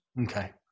Okay